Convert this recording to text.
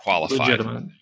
Legitimate